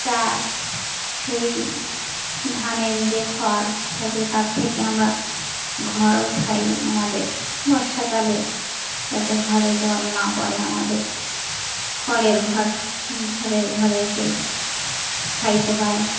চার সেই ধানের যে খড় থাকে তার থেকে আমরা ঘরও ছাই আমাদের বর্ষাকালে যাতে ঘরে জল না পড়ে আমাদের খড়ের ঘর ঘরের ঘরে সেই ছাইতে হয়